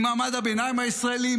ממעמד הביניים הישראלי,